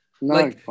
no